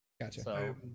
Gotcha